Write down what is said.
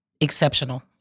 exceptional